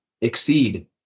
exceed